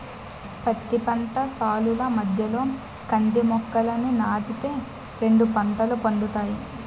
పత్తి పంట సాలుల మధ్యలో కంది మొక్కలని నాటి తే రెండు పంటలు పండుతాయి